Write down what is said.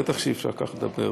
בטח שאי-אפשר כך לדבר.